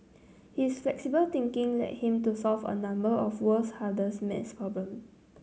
his flexible thinking led him to solve a number of world's hardest maths problems